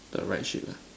the right ship lah